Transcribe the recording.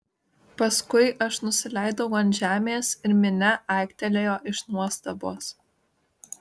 paskui aš nusileidau ant žemės ir minia aiktelėjo iš nuostabos